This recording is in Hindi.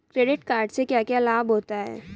क्रेडिट कार्ड से क्या क्या लाभ होता है?